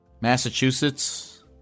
Massachusetts